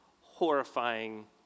horrifying